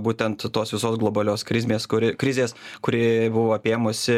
būtent tos visos globalios krizmės kuri krizės kuri buvo apėmusi